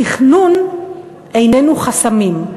תכנון איננו חסמים,